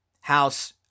House